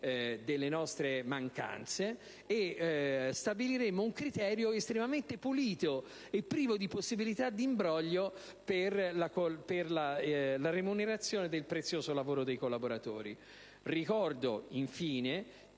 delle nostre mancanze e stabiliremmo un criterio estremamente pulito e privo di possibilità di imbroglio per la remunerazione del prezioso lavoro dei collaboratori. Ricordo infine